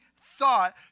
thought